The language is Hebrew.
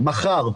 מחר,